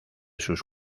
sus